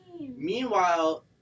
Meanwhile